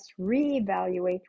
reevaluate